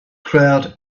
crowd